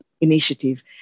initiative